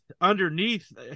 underneath